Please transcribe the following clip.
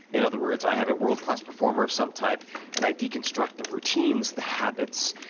in other words, i have a world class performer of some type and i deconstruct the routines, the habits,